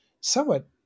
somewhat